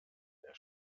der